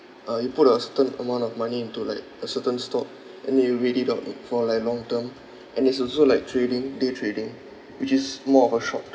uh you put a certain amount of money into like a certain stock and then you read it out uh for like long term and there's also like trading day trading which is more of a short